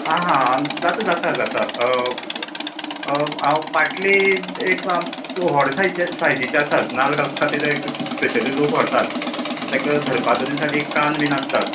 आं हा जाता जाता जाता हांव पाटले एक आम व्हड साय सायजीचे आसा नाल्ल घालच्या खातीर स्पेशली लोक व्हरतात आनी तेका धरपाक दोनी सायडीक कान बी आसात